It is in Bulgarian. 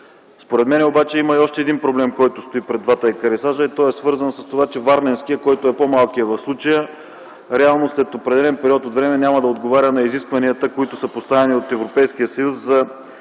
Според мен обаче има още един проблем, който стои пред двата екарисажа. Той е свързан с това, че варненският, който е по-малкият в случая, реално след определен период от време няма да отговаря на изискванията, които са поставени от Европейския съюз за